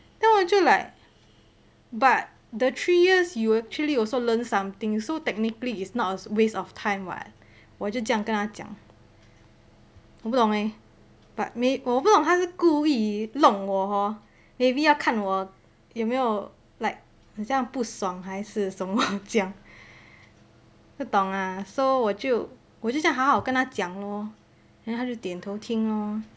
then 我就 like but the three years you actually also learnt something so technically is not a waste of time [what] 我就这样跟她讲我不懂 leh but 我不懂她是故意弄我 hor maybe 要看我有没有 like 很像不爽还是什么这样不懂啦 so 我就这样跟她好好讲咯 then 她就点头听咯